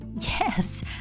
Yes